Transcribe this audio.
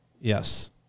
Yes